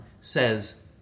says